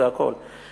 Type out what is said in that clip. זה הכול.